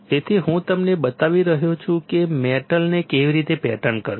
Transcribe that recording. તેથી હું તમને બતાવી રહ્યો છું કે મેટલને કેવી રીતે પેટર્ન કરવી